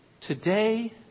Today